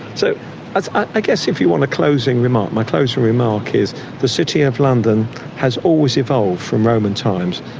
so ah i guess if you want a closing remark, my closing remark is the city of london has always evolved from roman times,